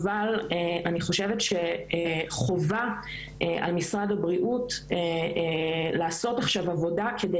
אבל אני חושבת שחובה על משרד הבריאות לעשות עכשיו עבודה כדי